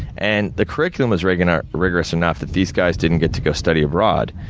and, the curriculum was rigorous rigorous enough that these guys didn't get to go study abroad.